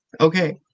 Okay